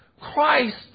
Christ